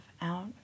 out